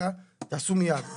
אלא תעשו מיד.